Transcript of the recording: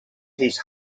his